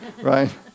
Right